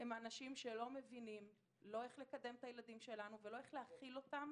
הם אנשים שלא מבינים איך לקדם את הילדים שלנו או להכיל אותם